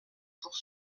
pour